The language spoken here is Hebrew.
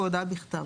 בהודעה בכתב: